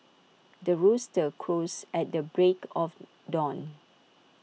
the rooster crows at the break of dawn